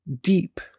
deep